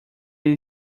ele